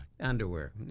underwear